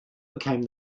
became